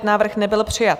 Návrh nebyl přijat.